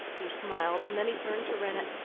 he smiled, and then he turned to rennett,